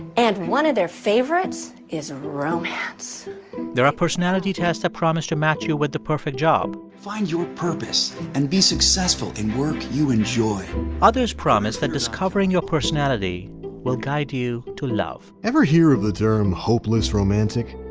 and one of their favorites is romance there are personality tests that promise to match you with the perfect job find your purpose and be successful in work you enjoy others promise that discovering your personality will guide you to love ever hear of the term hopeless romantic?